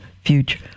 future